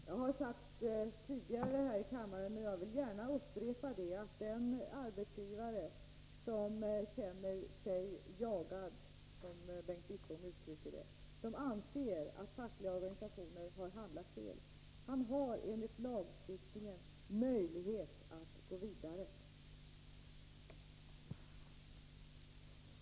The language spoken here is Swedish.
Herr talman! Jag har sagt tidigare här i kammaren — jag vill gärna upprepa det — att den arbetsgivare som känner sig jagad, som Bengt Wittbom uttryckte det, och anser att en facklig organisation har handlat fel enligt lagstiftningen har möjlighet att gå vidare.